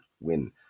win